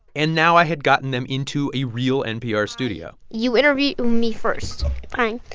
and now i had gotten them into a real npr studio you interview me first fine.